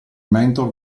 mentor